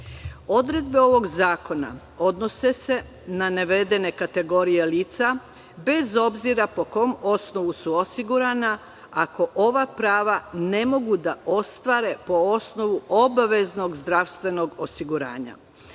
ovog zakona odnose se na navedene kategorije lica, bez obzira po kom osnovu su osigurana, ako ova prava ne mogu da ostvare po osnovu obaveznog zdravstvenog osiguranja. Danas